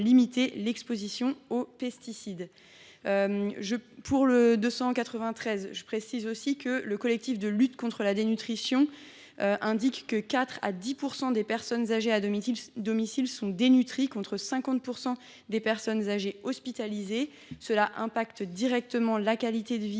limiter l’exposition aux pesticides. En outre, le collectif de lutte contre la dénutrition indique que 4 % à 10 % des personnes âgées à domicile sont dénutries, contre 50 % des personnes âgées hospitalisées. Cela affecte directement la qualité de vie